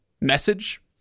message